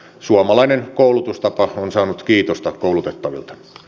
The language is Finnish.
suomalainen koulutustapa on saanut kiitosta koulutettavilta